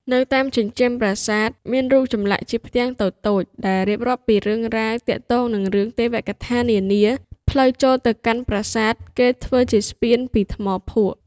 នៅតាមជញ្ជាំងប្រាសាទ មានរូបចម្លាក់ជាផ្ទាំងតូចៗដែលរៀបរាប់ពីរឿងរ៉ាវ ទាក់ទងនឹងរឿងទេវកថានានា ផ្លូវចូលទៅកាន់ប្រាសាទ គេធ្វើជាស្ពានពីថ្មភក់ ។